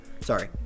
Sorry